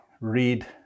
read